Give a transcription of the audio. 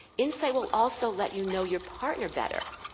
insight will also let you know your partner better.